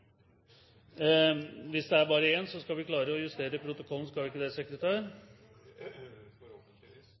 Hvis det er bare én, skal vi klare å justere protokollen. Representanten Tenden er